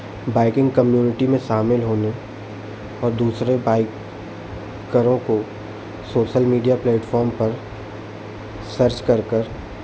biking community में शामिल होने और दूसरे बाईकरों को सोसल मीडीया प्लेटफ़ॉर्म पर सर्च करकर